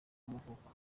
y’amavuko